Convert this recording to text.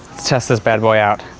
test this bad boy out.